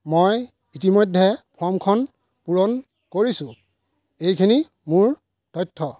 মই ইতিমধ্যে ফৰ্মখন পূৰণ কৰিছোঁ এইখিনি মোৰ তথ্য